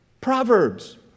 Proverbs